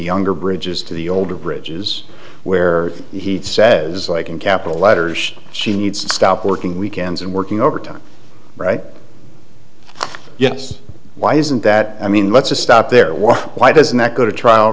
younger bridges to the older bridges where he says like in capital letters she needs to stop working weekends and working overtime right yes why isn't that i mean let's just stop there was why doesn't that go to trial